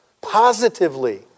positively